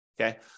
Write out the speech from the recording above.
okay